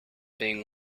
being